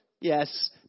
yes